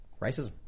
racism